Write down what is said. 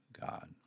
God